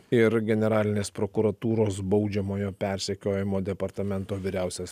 ir generalinės prokuratūros baudžiamojo persekiojimo departamento vyriausias